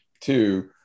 Two